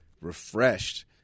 refreshed